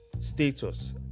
status